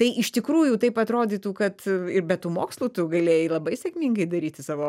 tai iš tikrųjų taip atrodytų kad ir be tų mokslų tu galėjai labai sėkmingai daryti savo